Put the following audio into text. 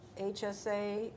HSA